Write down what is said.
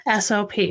SOP